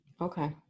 Okay